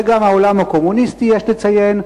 וגם העולם הקומוניסטי, יש לציין,